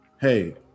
Hey